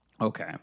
okay